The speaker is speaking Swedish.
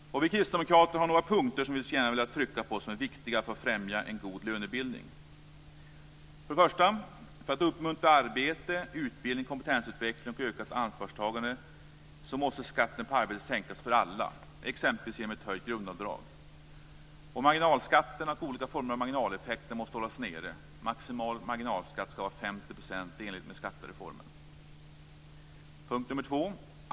Vi kristdemokrater har några punkter som jag gärna skulle vilja trycka på som är viktiga för att främja en god lönebildning. 1. För att uppmuntra arbete, utbildning, kompetensutveckling och ökat ansvarstagande måste skatten på arbete sänkas för alla, exempelvis genom ett höjt grundavdrag. Marginalskatterna och olika former av marginaleffekter måste hållas nere. Maximal marginalskatt ska vara 50 % i enlighet med skattereformen. 2.